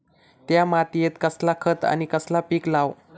त्या मात्येत कसला खत आणि कसला पीक लाव?